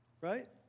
Right